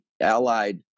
allied